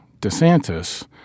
DeSantis